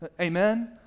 Amen